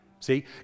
See